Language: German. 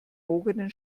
verbogenen